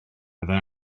byddai